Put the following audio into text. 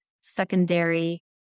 Secondary